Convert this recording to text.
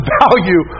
value